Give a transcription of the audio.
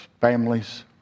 families